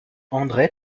andré